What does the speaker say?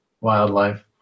wildlife